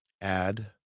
add